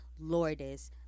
Lordis